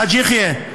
חאג' יחיא,